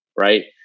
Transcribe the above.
Right